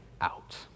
out